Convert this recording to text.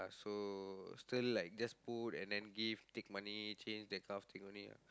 so still like just put and then give take money change that kind of thing only ah